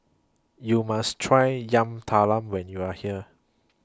YOU must Try Yam Talam when YOU Are here